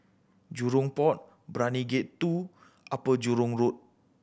Jurong Port Brani Gate Two Upper Jurong Road